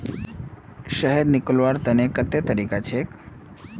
शहद निकलव्वार तने कत्ते तरीका छेक?